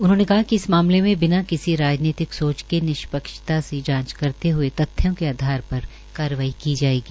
उन्होंने कहा कि इस मामले में बिना है वे किसी राजनीति सोच के निष्पक्षता से जांच करते हुए तथ्यों के पर कार्यवाही की जायेगी